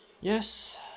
Yes